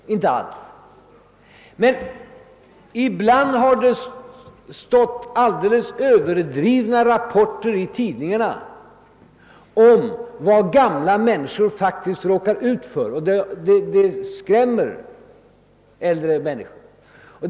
Inte alls! Men ibland har det stått alldeles överdrivna rapporter i tidningarna om vad gamla människor faktiskt råkar ut för, och sådant skrämmer dem.